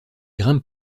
grimpe